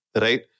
right